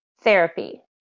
therapy